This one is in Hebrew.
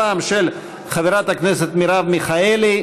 הפעם של חברת הכנסת מרב מיכאלי,